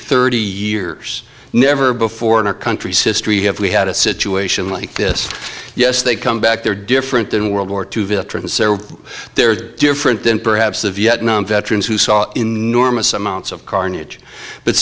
thirty years never before in our country's history have we had a situation like this yes they come back they're different than world war two veterans they're different than perhaps the vietnam veterans who saw enormous amounts of carnage but